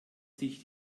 sich